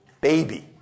baby